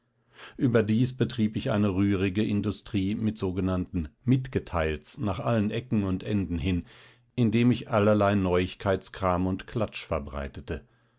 überdies betrieb ich eine rührige industrie mit sogenannten mitgeteilts nach allen ecken und enden hin indem ich allerlei neuigkeitskram und klatsch verbreitete